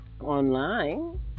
online